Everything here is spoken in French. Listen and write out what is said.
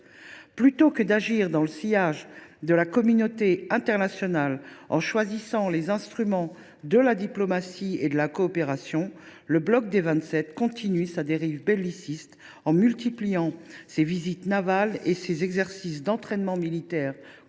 Plutôt que d’agir dans le sillage de la communauté internationale en choisissant les instruments de la diplomatie et de la coopération, le bloc des Vingt Sept continue sa dérive belliciste en multipliant ses visites navales et ses exercices d’entraînement militaire conjoints